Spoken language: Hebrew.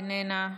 איננה,